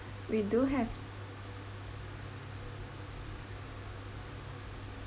we do have th~